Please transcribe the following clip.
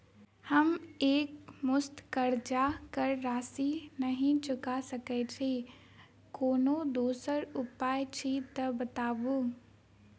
हम एकमुस्त कर्जा कऽ राशि नहि चुका सकय छी, कोनो दोसर उपाय अछि तऽ बताबु?